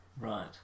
Right